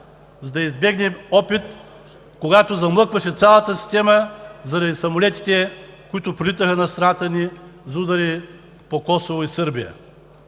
за да избегнем опит, когато замлъкваше цялата система заради самолетите, които прелитаха над страната ни за удари по Косово и Сърбия.